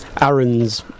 Aaron's